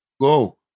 go